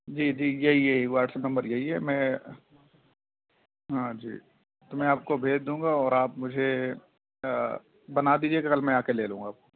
جی جی یہی یہی واٹسپ نمبر یہی ہے میں ہاں جی تو میں آپ کو بھیج دوں گا اور آپ مجھے بنا دیجیے گا کل میں آ کے لے لوں گا